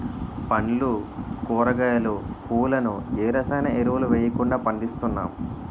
పండ్లు కూరగాయలు, పువ్వులను ఏ రసాయన ఎరువులు వెయ్యకుండా పండిస్తున్నాం